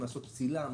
לעשות פסילה,